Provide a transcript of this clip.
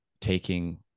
taking